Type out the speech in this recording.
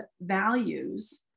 values